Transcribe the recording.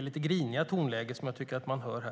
lite griniga tonläge som jag tycker att man hör här.